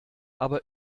aber